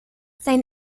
sein